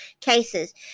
cases